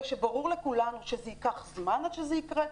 ברור לכולנו שייקח זמן עד שזה יקרה.